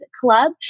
Club